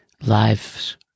Lives